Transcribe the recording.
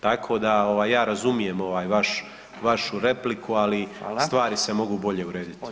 Tako da ja razumijem vašu repliku ali stvari se mogu bolje urediti.